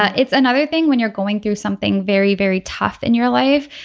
it's another thing when you're going through something very very tough in your life.